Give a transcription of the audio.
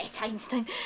Einstein